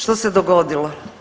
Što se dogodilo?